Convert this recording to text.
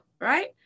right